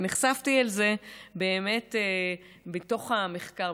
ונחשפתי לזה מתוך המחקר,